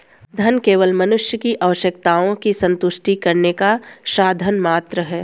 धन केवल मनुष्य की आवश्यकताओं की संतुष्टि करने का साधन मात्र है